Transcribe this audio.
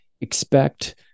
expect